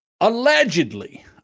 Allegedly